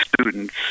students